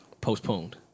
Postponed